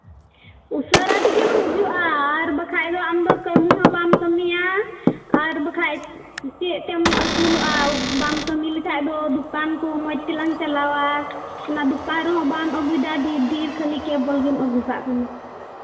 ᱩᱥᱟᱹᱨᱟ ᱛᱮᱜᱮᱢ ᱦᱤᱡᱩᱜᱼᱟ ᱟᱨ ᱵᱟᱠᱷᱟᱱ ᱫᱚ ᱟᱢᱫᱚ ᱠᱟᱹᱢᱤ ᱦᱚᱸ ᱵᱟᱢ ᱠᱟᱹᱢᱤᱭᱟ ᱟᱨ ᱵᱟᱠᱷᱟᱱ ᱪᱮᱫ ᱛᱮᱢ ᱟᱹᱥᱩᱞᱚᱜᱼᱟ ᱵᱟᱢ ᱠᱟᱹᱢᱤ ᱞᱮᱠᱷᱟᱱ ᱫᱚ ᱫᱚᱠᱟᱱ ᱠᱚᱦᱚᱸ ᱢᱚᱡᱽ ᱛᱮᱞᱟᱝ ᱪᱟᱞᱟᱣᱟ ᱚᱱᱟ ᱫᱚᱠᱟᱱ ᱨᱮᱦᱚᱸ ᱵᱟᱢ ᱟᱹᱜᱩᱭᱫᱟ ᱰᱷᱮᱹᱨ ᱰᱷᱮᱹᱨ ᱠᱷᱟᱹᱞᱤ ᱠᱮᱵᱚᱞ ᱜᱮᱢ ᱟᱹᱜᱩ ᱠᱟᱜ ᱠᱟᱱᱟ